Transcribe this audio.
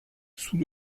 sous